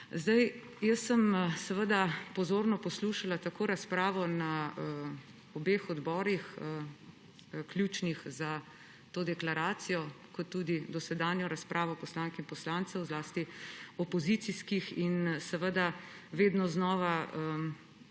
več časa. Pozorno sem poslušala tako razpravo na obeh odborih, ključnih za to deklaracijo, kot tudi dosedanjo razpravo poslank in poslancev, zlasti opozicijskih. Vedno znova